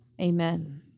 amen